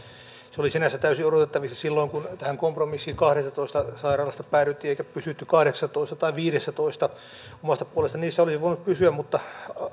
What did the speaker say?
se oli sinänsä täysin odotettavissa silloin kun tähän kompromissiin kahdestatoista sairaalasta päädyttiin eikä pysytty kahdeksassatoista tai viidessätoista omasta puolestani se olisi voinut pysyä mutta